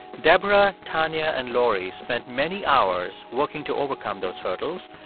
deborah, tanya and lori spent many hours working to overcome those hurdles.